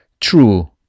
true